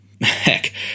Heck